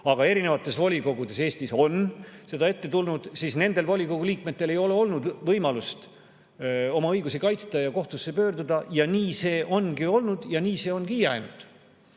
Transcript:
aga erinevates volikogudes Eestis on seda ette tulnud ja nendel volikogu liikmetel ei ole olnud võimalust oma õigusi kaitsta ja kohtusse pöörduda. Ja nii see ongi olnud ja nii see ongi jäänud.